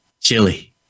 Chili